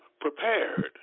prepared